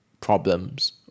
problems